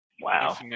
Wow